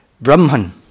Brahman